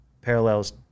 parallels